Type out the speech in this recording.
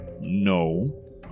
no